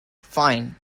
fine